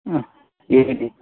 ಹಾಂ ಹೇಳಿ